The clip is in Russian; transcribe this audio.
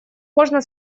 можно